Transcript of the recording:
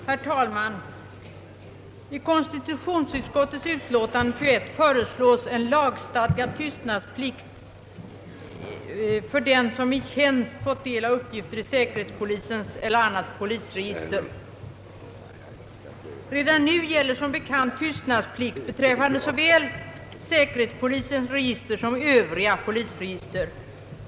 Herr talman! I konstitutionsutskottets utlåtande nr 21 föreslås lagstadgad tystnadsplikt för den som i sin tjänst fått del av uppgifter i säkerhetspolisens eller annat polisregister. Redan nu gäller som bekant tystnadsplikt beträffande såväl säkerhetspolisens register som övriga polisregister.